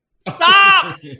Stop